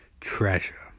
treasure